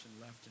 left